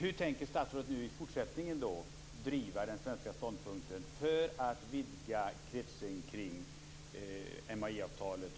Hur tänker statsrådet då i fortsättningen driva den svenska ståndpunkten för att vidga kretsen kring MAI